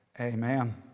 Amen